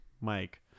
Mike